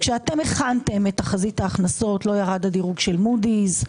כשאתם הכנתם את תחזית ההכנסות לא ירד הדירוג של מודי'ס,